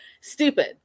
Stupid